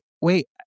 wait